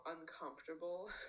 uncomfortable